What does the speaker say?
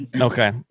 Okay